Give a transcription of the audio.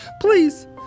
Please